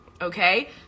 okay